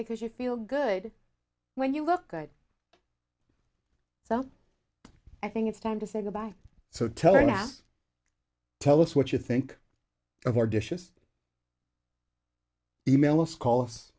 because you feel good when you look good so i think it's time to say goodbye so telling us tell us what you think of our dishes e mail us call